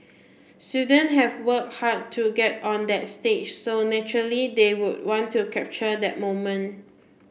students have worked hard to get on that stage so naturally they would want to capture that moment